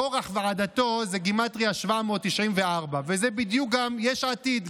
"קרח ועדתו" זה בגימטרייה 794 וזה בדיוק גם "יש עתיד",